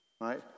right